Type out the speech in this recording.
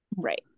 Right